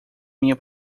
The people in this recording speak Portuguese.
minha